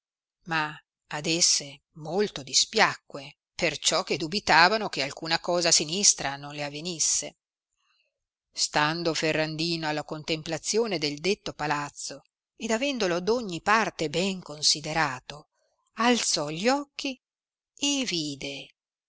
ma ad esse molto dispiacque perciò che dubitavano che alcuna cosa sinistra non le avenisse stando ferrandino alla contemplazione del detto palazzo ed avendolo d ogni parte ben considerato alzò gli occhi e vide